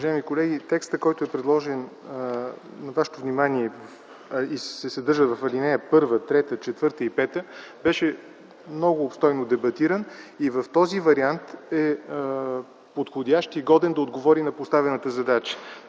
Уважаеми колеги! Текстът, предложен на вашето внимание, който се съдържа в ал. 1, 3, 4 и 5, беше много обстойно дебатиран и в този вариант е подходящ и годен да отговори на поставената задача.